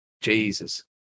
Jesus